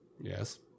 Yes